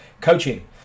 coaching